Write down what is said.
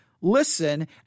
listen